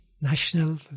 national